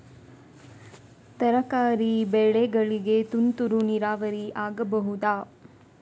ತರಕಾರಿ ಬೆಳೆಗಳಿಗೆ ತುಂತುರು ನೀರಾವರಿ ಆಗಬಹುದಾ?